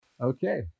Okay